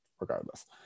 regardless